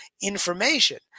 information